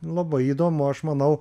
labai įdomu aš manau